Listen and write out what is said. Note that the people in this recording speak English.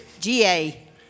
GA